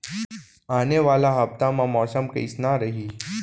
आने वाला हफ्ता मा मौसम कइसना रही?